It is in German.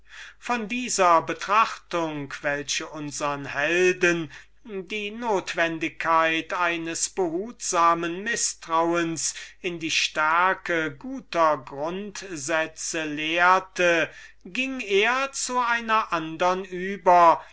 von dieser betrachtung welche unsern helden die notwendigkeit eines behutsamen mißtrauens in die stärke guter grundsätze lehrte und wie gefährlich es sei sie für das maß unsrer kräfte zu halten ging er zu einer andern über